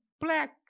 black